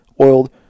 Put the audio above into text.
oiled